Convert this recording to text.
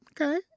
Okay